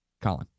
Colin